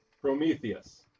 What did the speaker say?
Prometheus